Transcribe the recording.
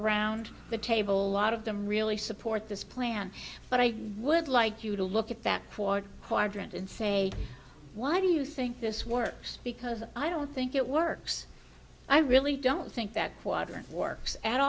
around the table lot of them really support this plan but i would like you to look at that quadrant and say why do you think this works because i don't think it works i really don't think that